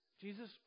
Jesus